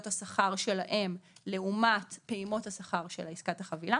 השכר שלהם לעומת פעימות השכר של עסקת החבילה